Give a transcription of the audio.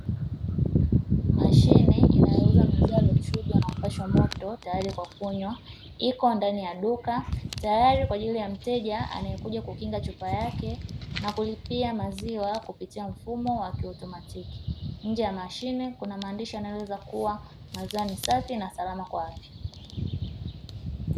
Mashine inayuza maziwa yaliyochujwa na kupashwa moto tayari kwa kunywa, iko ndani ya duka, tayari kwa ajili ya mteja anayekuja kukinga chupa yake na kulipia maziwa kupitia mfumo wa kiautomatiki. Nje ya mashine kuna maandishi yanayoeleza kuwa, maziwa ni safi na salama kwa afya.